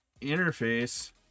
Interface